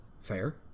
Fair